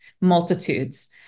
multitudes